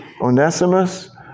Onesimus